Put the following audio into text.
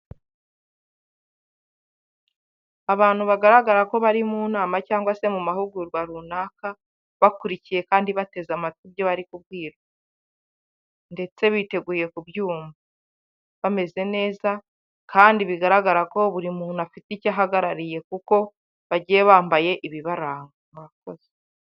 Abantu bagaragara ko bari mu nama cyangwa se mu mahugurwa runaka, bakurikiye kandi bateze amatwi ibyo bari kubwira ndetse biteguye kubyumva, bameze neza kandi bigaragara ko buri muntu afite icyo ahagarariye kuko bagiye bambaye ibibaranga murakoze.